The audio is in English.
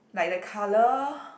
like the colour